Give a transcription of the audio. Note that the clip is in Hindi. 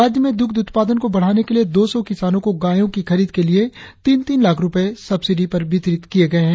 राज्य में द्रग्ध उत्पादन को बढ़ाने के लिए दो सौ किसानों को गायों की खरीद के लिए तीन तीन लाख रुपए सब्सिडी पर वितरित किए गए है